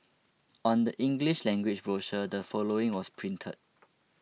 on the English language brochure the following was printed